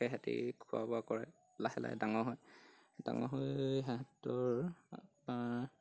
তাহাঁতে খোৱা বোৱা কৰে লাহে লাহে ডাঙৰ হয় ডাঙৰ হৈ সিহঁতৰ